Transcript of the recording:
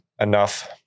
enough